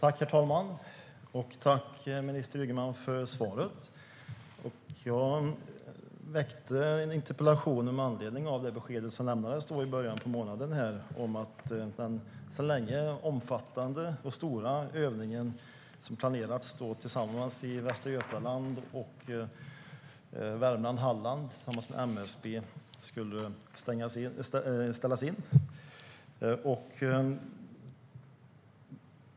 Herr talman! Jag vill tacka minister Ygeman för svaret. Jag väckte interpellationen med anledning av det besked som lämnades i början av månaden om att den omfattande och stora övning som sedan länge planerats i Västra Götaland, Värmland och Halland tillsammans med MSB skulle ställas in.